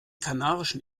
kanarischen